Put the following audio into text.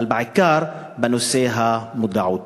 אבל בעיקר בנושא המודעות.